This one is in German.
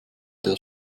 der